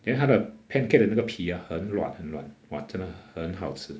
then 他的 pancake 的那个皮 ah 很乱很乱 !wah! 真的很好吃